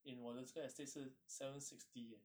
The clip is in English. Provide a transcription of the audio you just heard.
in 我的这个 estate 是 seven sixty